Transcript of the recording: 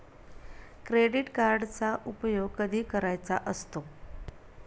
Credit कार्डचा उपयोग कधी करायचा असतो?